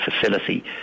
facility